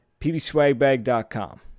pbswagbag.com